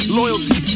loyalty